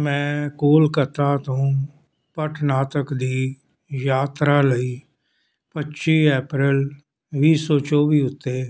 ਮੈਂ ਕੋਲਕਾਤਾ ਤੋਂ ਪਟਨਾ ਤੱਕ ਦੀ ਯਾਤਰਾ ਲਈ ਪੱਚੀ ਅਪ੍ਰੈਲ ਵੀਹ ਸੌ ਚੌਵੀ ਉੱਤੇ